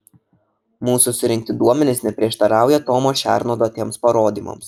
mūsų surinkti duomenys neprieštarauja tomo šerno duotiems parodymams